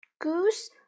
Goose